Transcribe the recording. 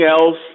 else